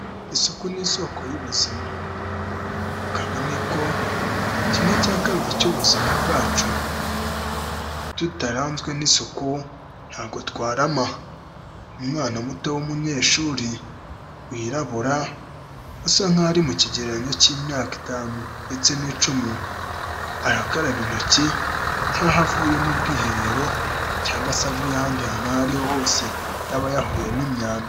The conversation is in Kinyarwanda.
Isuku ni isoko y'ubuzima kabone ko kimwe cya kabiri cy'ubuzima bwacu tutaranzwe n'isuku ntago twarama. Umwana muto w'umunyeshuri wirabura, asa nkaho ari mu kigereranyo cy'imyaka itanu, ndetse n'icumi. Arakaraba intoki nk'aho avuyemo ubwiherero cyangwa se avuye ahandi hantu aho ari ho hose yaba yahuriye n'imyada.